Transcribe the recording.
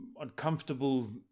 uncomfortable